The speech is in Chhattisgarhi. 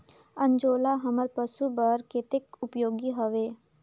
अंजोला हमर पशु बर कतेक उपयोगी हवे?